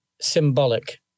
symbolic